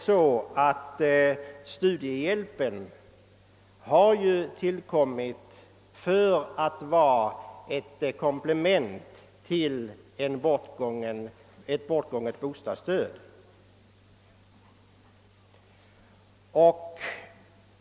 Studiehjälpen har ju tillkommit som ett stöd för familjerna och ingår därmed som ett viktigt led i familjepolitiken.